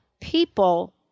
people